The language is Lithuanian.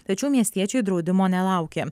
tačiau miestiečiai draudimo nelaukė